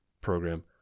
program